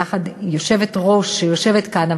היושבת-ראש שיושבת כאן,